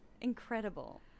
Incredible